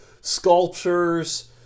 sculptures